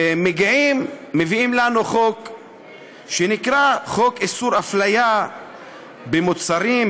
ומביאים לנו חוק שנקרא: חוק איסור הפליה במוצרים,